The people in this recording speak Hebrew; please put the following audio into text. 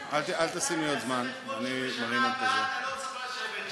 תעשה חשבון שאתה לא צריך לשבת כאן בשנה הבאה.